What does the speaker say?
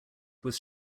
was